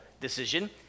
decision